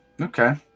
okay